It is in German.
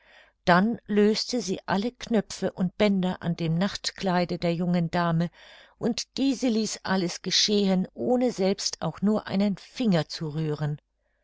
dann löste sie alle knöpfe und bänder an dem nachtkleide der jungen dame und diese ließ alles geschehen ohne selbst auch nur einen finger zu rühren